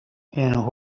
and